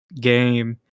game